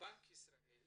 מבנק ישראל